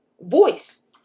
voice